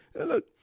Look